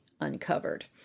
Uncovered